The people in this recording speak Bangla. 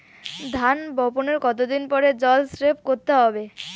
ধান বপনের কতদিন পরে জল স্প্রে করতে হবে?